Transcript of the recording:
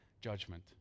judgment